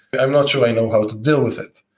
but i'm not sure i know how to deal with it.